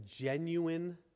genuine